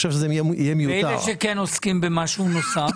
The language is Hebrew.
ואלה שכן עוסקים במשהו נוסף?